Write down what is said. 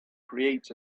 creates